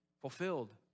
fulfilled